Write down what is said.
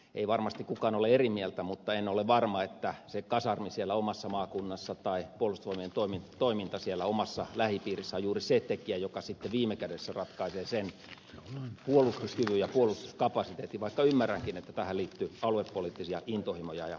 ei varmasti kukaan ole eri mieltä mutta en ole varma että se kasarmi siellä omassa maakunnassa tai puolustusvoimien toiminta siellä omassa lähipiirissä on juuri se tekijä joka sitten viime kädessä ratkaisee sen puolustuskyvyn ja puolustuskapasiteetin vaikka ymmärränkin että tähän liittyy aluepoliittisia intohimoja ja intressejä